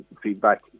feedback